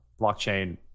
blockchain